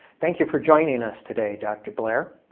thank you for joining us today, dr. blair.